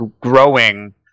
growing